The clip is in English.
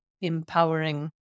empowering